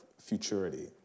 futurity